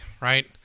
right